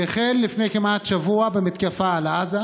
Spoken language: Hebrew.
שהחל לפני כמעט שבוע במתקפה על עזה,